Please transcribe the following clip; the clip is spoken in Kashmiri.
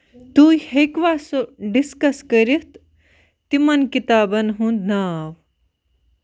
تُہۍ ہیٚکوا سُہ ڈِسکَس کٔرِتھ تِمن کِتابَن ہُند ناو